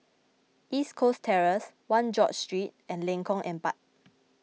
East Coast Terrace one George Street and Lengkong Empat